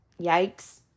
yikes